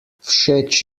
všeč